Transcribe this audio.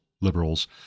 liberals